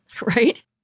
right